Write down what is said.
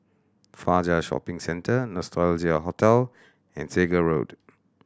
Fajar Shopping Centre Nostalgia Hotel and Segar Road